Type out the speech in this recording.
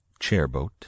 Chairboat